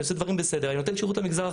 אני עושה דברים בסדר, אני נותן למגזר החרדי.